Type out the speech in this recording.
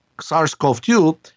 SARS-CoV-2